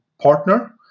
partner